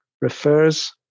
refers